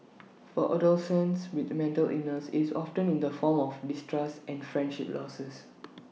for adolescents with mental illness it's often in the form of distrust and friendship losses